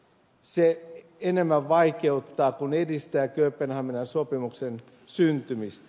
se enemmän vaikeuttaa kuin edistää kööpenhaminan sopimuksen syntymistä